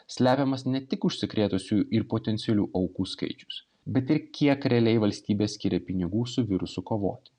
slepiamas ne tik užsikrėtusių ir potencialių aukų skaičius bet ir kiek realiai valstybė skiria pinigų su virusu kovoti